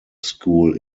school